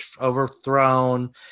overthrown